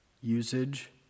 usage